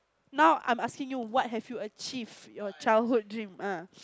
now I'm asking you what have you achieved your childhood dream ah